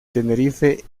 tenerife